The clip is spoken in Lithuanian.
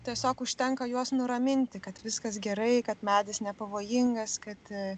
tiesiog užtenka juos nuraminti kad viskas gerai kad medis nepavojingas kad